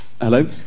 Hello